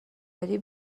بدی